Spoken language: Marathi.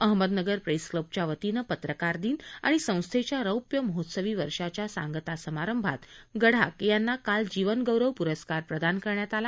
अहमदनगर प्रेस क्लबच्या वतीनं पत्रकार दिन आणि संस्थेच्या रौप्य महोत्सवी वर्षाच्या सांगता समारंभात गडाख यांना काल जीवन गौरव प्रस्कार प्रदान करण्यात आला